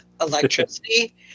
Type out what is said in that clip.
electricity